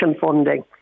funding